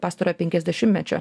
pastarojo penkiasdešimtmečio